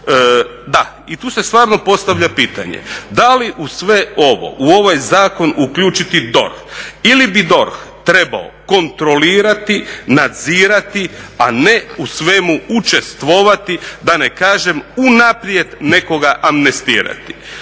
Da, i tu se stvarno postavlja pitanje da li uz sve ovo u ovaj zakon uključiti DORH? Ili bi DORH trebao kontrolirati, nadzirati a ne u svemu učestvovati, da ne kažem unaprijed nekoga amnestirati?